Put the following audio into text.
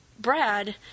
Brad